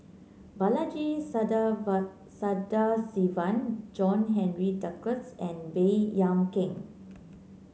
Balaji Sadasivan John Henry Duclos and Baey Yam Keng